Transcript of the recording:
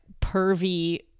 pervy